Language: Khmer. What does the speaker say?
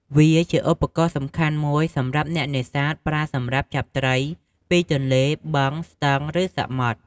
វាជាឧបករណ៍សំខាន់មួយសម្រាប់អ្នកនេសាទប្រើ សម្រាប់ចាប់ត្រីពីទន្លេ បឹង ស្ទឹង ឬសមុទ្រ។